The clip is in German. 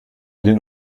den